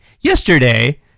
yesterday